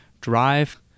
Drive